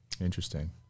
Interesting